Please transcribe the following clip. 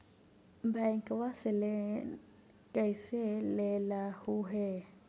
बैंकवा से लेन कैसे लेलहू हे?